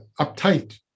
uptight